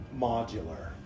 modular